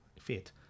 fit